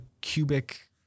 cubic